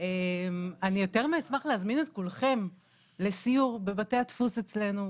אני יותר מאשמח להזמין את כולכם לסיור בבתי הדפוס אצלנו,